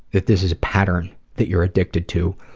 that this is a pattern that you're addicted to,